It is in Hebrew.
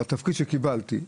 התפקיד שקיבלתי,